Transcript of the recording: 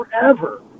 forever